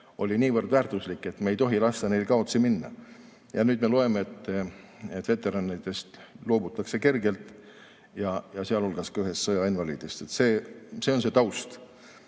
on niivõrd väärtuslik, et me ei tohi lasta neil [inimestel] kaotsi minna. Ja nüüd me loeme, et veteranidest loobutakse kergelt, sealhulgas ka ühest sõjainvaliidist. See on see taust.